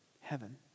heaven